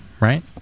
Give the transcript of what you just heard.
right